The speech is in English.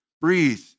breathe